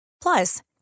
Plus